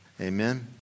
Amen